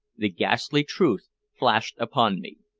the ghastly truth flashed upon me.